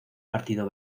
partido